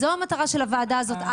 זאת המטרה של הוועדה הזאת.